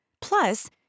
Plus